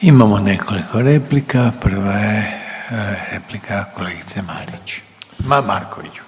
Imamo nekoliko replika, prva je replika kolegice Marić. Ma Marković. **Marković, Ivana